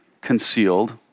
concealed